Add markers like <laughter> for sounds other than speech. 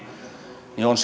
on <unintelligible>